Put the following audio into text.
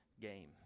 game